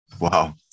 Wow